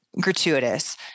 gratuitous